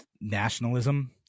nationalism